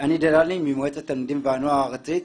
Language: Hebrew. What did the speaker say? אני דללין ממועצת התלמידים והנוער הארצית.